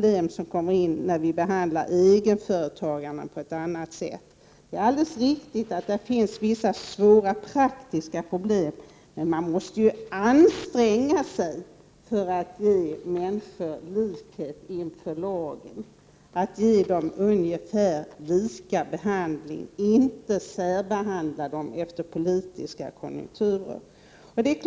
Detsamma gäller när man behandlar egenföretagarna på annat sätt än andra medgborgare. Det är alldeles riktigt att det här finns vissa svåra praktiska problem, men man måste ju anstränga sig för att ge människor likhet inför lagen och inte särbehandla vissa grupper efter politiska konjunkturer. Jag